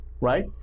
right